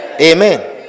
Amen